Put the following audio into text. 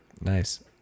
Nice